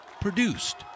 Produced